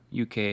UK